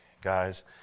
guys